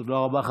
תודה רבה.